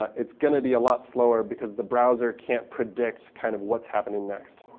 it's going to be a lot slower. because the browser can't predict kind of what's happening next.